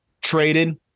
traded